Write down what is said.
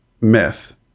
myth